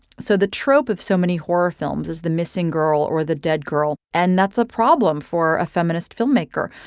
so the trope of so many horror films is the missing girl or the dead girl. and that's a problem for a feminist filmmaker.